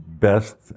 best